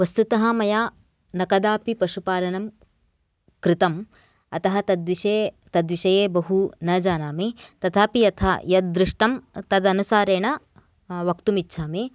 वस्तुतः मया न कदापि पशुपालनं कृतम् अतः तद्विषये तद् विषये बहु न जानामि तथापि यथा यद् दृष्टं तद् अनुसारेण वक्तुम् इच्छामि